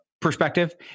perspective